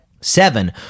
Seven